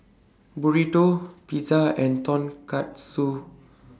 Burrito Pizza and Tonkatsu